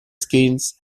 skins